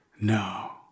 No